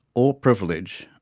or privilege,